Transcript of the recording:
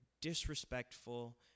disrespectful